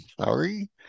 sorry